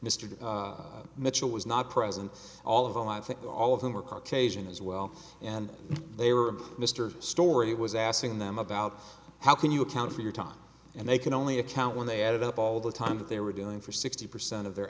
mr mitchell was not present all of them i think all of them were caucasian as well and they were mr stuart he was asking them about how can you account for your time and they can only account when they added up all the time that they were doing for sixty percent of their